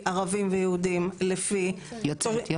לפי ערבים ויהודים,